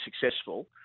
successful